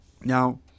Now